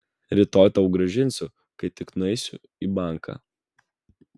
rytoj tau grąžinsiu kai tik nueisiu į banką